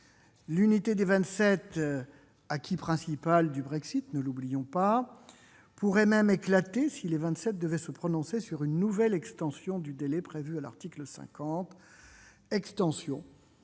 L'unité des Vingt-Sept, acquis principal du Brexit, ne l'oublions pas, pourrait même éclater si les Vingt-Sept devaient se prononcer sur une nouvelle extension du délai prévu à l'article 50, extension